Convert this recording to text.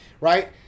right